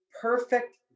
perfect